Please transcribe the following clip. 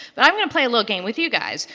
but i'm going to play a little game with you guys.